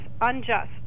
unjust